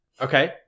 Okay